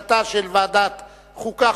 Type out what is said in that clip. ועדת החוקה,